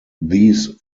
these